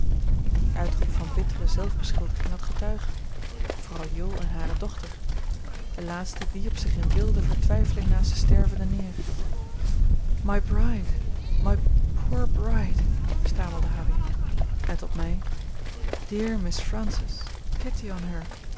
die uitroep van bittere zelfbeschuldiging had getuigen vrouw jool en hare dochter de laatste wierp zich in wilde vertwijfeling naast den stervende neer my bride my poor bride stamelde harry en tot mij dear miss francis